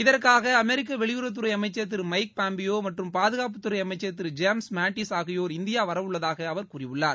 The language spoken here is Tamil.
இதற்காக அமெரிக்க வெளியுறவுத்துறை அமைச்சர் திரு மைக்பாம்பியோ மற்றும் பாதுகாப்புத்துறை அமைச்சர் திரு ஜேம்ஸ் மேட்டீஸ் ஆகியோர் இந்தியா வரவுள்ளதாக அவர் கூறியுள்ளார்